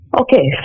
Okay